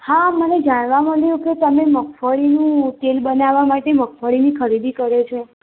હા મને જાણવા મળ્યું કે તમે મગફળીનું તેલ બનાવવાં માટે મગફળીની ખરીદી કરો છો